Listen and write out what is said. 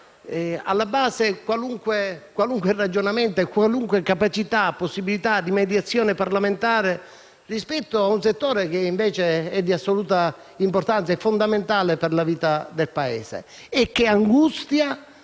alla base qualunque ragionamento e qualsivoglia capacità o possibilità di mediazione parlamentare rispetto a un settore che, invece, è di assoluta importanza, anzi fondamentale per la vita del Paese, che angustia